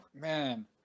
Man